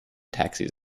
taxis